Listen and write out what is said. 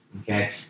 okay